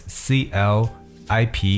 clip